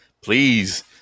Please